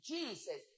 Jesus